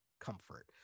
comfort